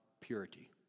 purity